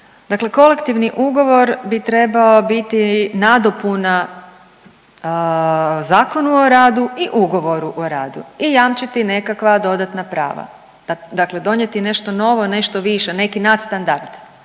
Dakle kolektivni ugovor bi trebao biti nadopuna ZOR-u i ugovoru o radu i jamčiti nekakva dodatna prava, dakle donijeti nešto novo, nešto više, neki nadstandard,